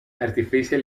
artificial